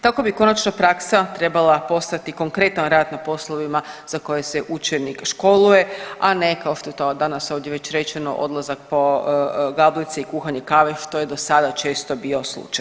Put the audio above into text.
Tako bi konačno praksa trebala postati konkretan rad na poslovima za koje se učenik školuje, a ne, kao što je to danas ovdje već rečeno, odlazak po gablece i kuhanje kave, što je do sada često bio slučaj.